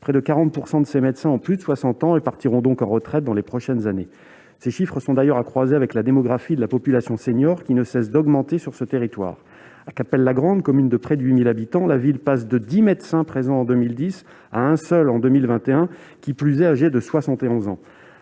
Près de 40 % de ces médecins ont plus de 60 ans et partiront donc à la retraite dans les prochaines années. Ces chiffres doivent d'ailleurs être croisés avec la démographie de la population senior, laquelle ne cesse d'augmenter sur ce territoire. Cappelle-la-Grande, commune de près de 8 000 habitants, passe de 10 médecins présents en 2010 à 1 seul en 2022, âgé, qui plus est, de 71 ans.